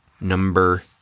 number